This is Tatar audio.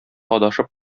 адашып